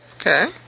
okay